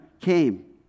came